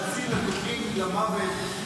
להציל לקוחים למוות,